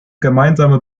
gemeinsame